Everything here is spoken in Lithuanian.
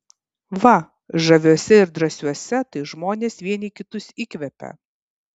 va žaviuose ir drąsiuose tai žmonės vieni kitus įkvepia